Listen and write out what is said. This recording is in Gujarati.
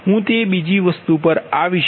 હું તે બીજી વસ્તુ પર આવીશ